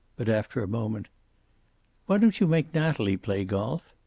but after a moment why don't you make natalie play golf?